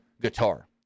guitar